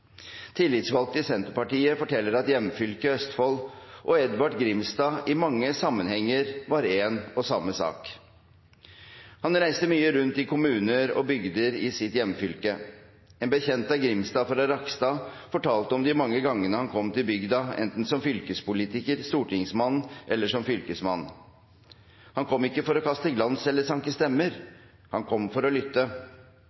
Tillitsvalgte i Senterpartiet forteller at hjemfylket Østfold og Edvard Grimstad i mange sammenhenger var en og samme sak. Han reiste mye rundt i kommuner og bygder i sitt hjemfylke. En bekjent av Grimstad fra Rakkestad fortalte om de mange gangene han kom til bygda, enten som fylkespolitiker, stortingsmann eller som fylkesmann. Han kom ikke for å kaste glans eller sanke stemmer.